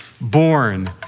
born